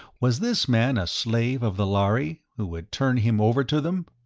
was this man a slave of the lhari, who would turn him over to them?